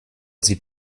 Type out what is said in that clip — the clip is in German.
sie